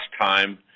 time